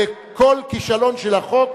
וכל כישלון של החוק,